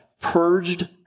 purged